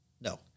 No